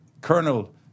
Colonel